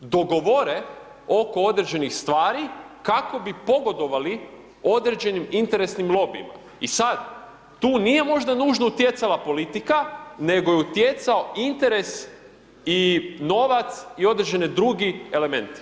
dogovore oko određenih stvari kako bi pogodovali određenim interesnim lobijima i sad tu nije možda nužno utjecala politika nego je utjecao interes i novac i određeni drugi elementi.